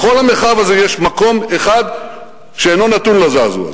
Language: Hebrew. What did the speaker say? בכל המרחב הזה יש מקום אחד שאינו נתון לזעזוע הזה.